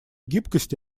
гибкость